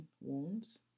wounds